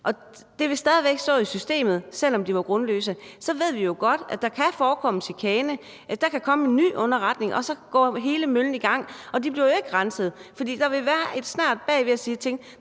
Og det vil stadig væk stå i systemet, selv om de var grundløse. Så ved vi jo godt, at der kan forekomme chikane. Der kan komme en ny underretning, og så går hele møllen i gang – og de bliver jo ikke renset. For der vil være en snert af, at der